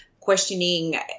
questioning